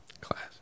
Class